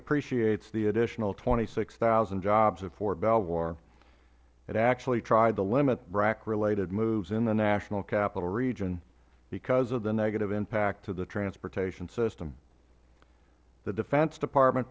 appreciates the additional twenty six thousand jobs at fort belvoir it actually tried to limit brac related moves in the national capital region because of the negative impact to the transportation system the defense department